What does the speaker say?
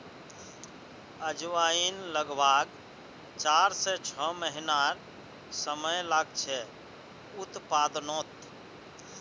अजवाईन लग्ब्भाग चार से छः महिनार समय लागछे उत्पादनोत